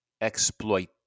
exploit